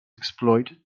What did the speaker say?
exploit